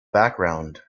background